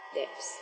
debts